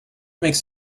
makes